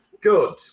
good